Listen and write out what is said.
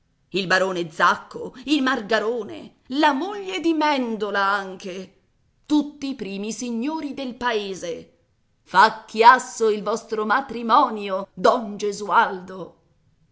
il barone zacco i margarone la moglie di mèndola anche tutti i primi signori del paese fa chiasso il vostro matrimonio don gesualdo